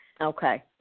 Okay